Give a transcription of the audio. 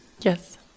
Yes